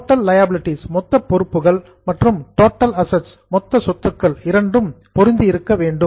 total liabilities மொத்த பொறுப்புகள் மற்றும் டோட்டல் அசட்ஸ் மொத்த சொத்துக்கள் இரண்டும் பொருந்தி இருக்க வேண்டும்